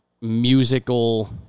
musical